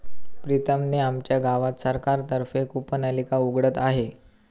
प्रीतम ने आमच्या गावात सरकार तर्फे कूपनलिका उघडत आहे